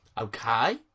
Okay